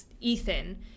Ethan –